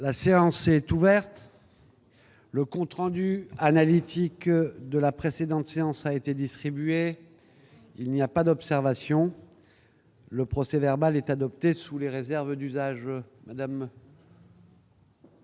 La séance est ouverte. Le compte rendu analytique de la précédente séance a été distribué. Il n'y a pas d'observation ?... Le procès-verbal est adopté sous les réserves d'usage.